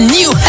new